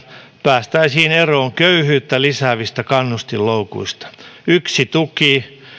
päästäisiin eroon köyhyyttä lisäävistä kannustinloukuista yksi tuki